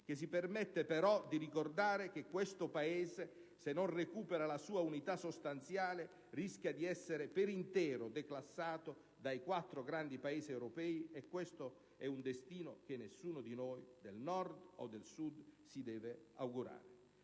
che si permette anche di ricordare al Paese che, se non recupera la sua unità sostanziale, rischia di essere nel suo insieme declassato dal novero dei quattro grandi Paesi europei: un destino che nessuno di noi, del Nord o del Sud, si deve augurare.